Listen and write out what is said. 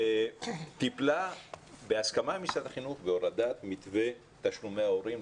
טיפלה בהסכמה עם משרד החינוך בהורדת מתווה תשלומי ההורים.